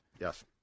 Yes